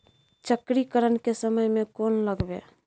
चक्रीकरन के समय में कोन लगबै?